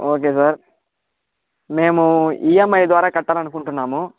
okay sir మేము EMI ద్వారా కట్టాలనుకుంటున్నాము